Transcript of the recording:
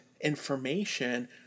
information